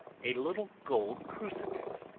a little gold crucifix,